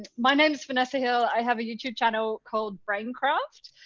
my name's vanessa hill. i have a youtube channel called braincraft,